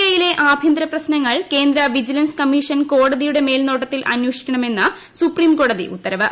I യിലെ ആഭ്യന്തര പ്രശ്നങ്ങൾ കേന്ദ്ര വിജിലൻസ് കമ്മീഷൻ കോടതിയുട്ടെ മേൽനോട്ടത്തിൽ അന്വേഷിക്കണമെന്ന് സുപ്രീംകോടതി ഉത്തരവ്